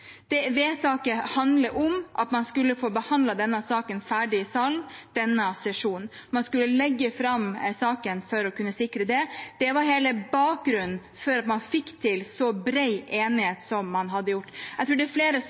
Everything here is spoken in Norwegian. Vedtaket handler om at man skulle få behandlet denne saken ferdig i salen denne sesjonen, at man skulle legge fram saken for å kunne sikre det. Det var hele bakgrunnen for at man fikk til så bred enighet som man gjorde. Jeg tror det er flere som